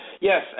Yes